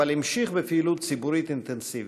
אבל המשיך בפעילות ציבורית אינטנסיבית.